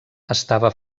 estava